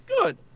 good